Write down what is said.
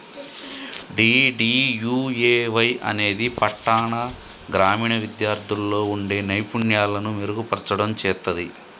DDUAY అనేది పట్టాణ, గ్రామీణ విద్యార్థుల్లో వుండే నైపుణ్యాలను మెరుగుపర్చడం చేత్తది